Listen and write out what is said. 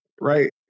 right